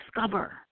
discover